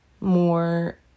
more